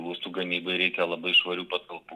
lustų gamybai reikia labai švarių patalpų